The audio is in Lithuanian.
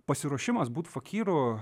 pasiruošimas būt fakyru